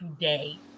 today